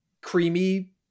creamy